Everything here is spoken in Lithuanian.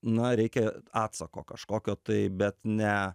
na reikia atsako kažkokio tai bet ne